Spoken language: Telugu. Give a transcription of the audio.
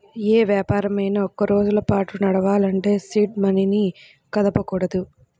యే వ్యాపారమైనా ఎక్కువరోజుల పాటు నడపాలంటే సీడ్ మనీని కదపకూడదు